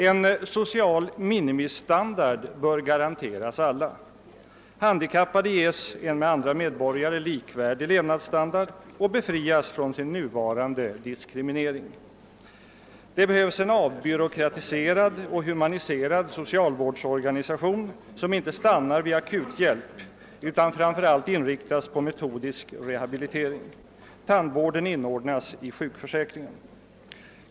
En social minimistandard bör garanteras alla. Handikappade ges en med andra medborgare likvärdig levnadsstandard och befrias från sin nuvarande diskriminering. Det behövs en avbyråkratiserad och humaniserad socialvårdsorganisation, som inte stannar vid akuthjälp utan framför allt inriktas på metodisk rehabilitering. Tandvården inordnas i sjukförsäkringen.